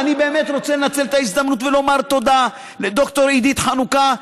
אני באמת רוצה לנצל את ההזדמנות ולומר תודה לד"ר עידית חנוכה,